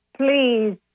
please